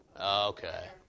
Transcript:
Okay